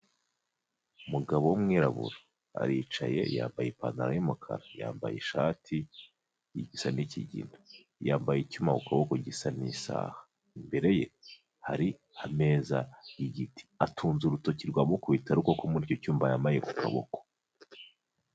Umugabo w'umwirabura aricaye yambaye ipantaro y'umukara yambaye ishati isa n'ikigina, yambaye icyuma ku kuboko gisa n'isaha imbere ye hari ameza yigiti, atunze urutoki rwa mukubitarukoko muri icyo cyuma yambaye ku kaboko.